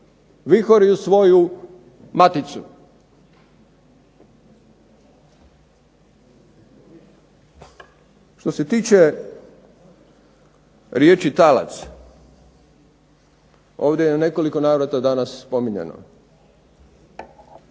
vihor i u svoju maticu. Što se tiče riječi talac ovdje je u nekoliko navrata danas spominjano.